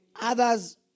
Others